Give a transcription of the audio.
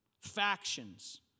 factions